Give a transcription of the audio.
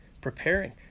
preparing